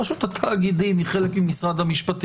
רשות התאגידים היא חלק עם משרד המשפטים